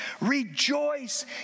rejoice